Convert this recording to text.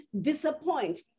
disappoint